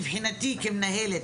מבחינתי כמנהלת,